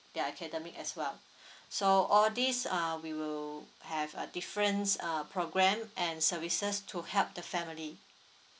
their academic as well so all these uh we will have uh different uh programme and services to help the family